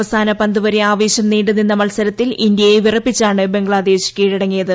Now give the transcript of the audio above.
അവസാന പന്തുവരെ ആവേശം നീണ്ടുനിന്ന മത്സരത്തിൽ ഇന്ത്യയെ വിറപ്പിച്ചാണ് ബംഗ്ലാദേശ് കീഴടങ്ങിയത്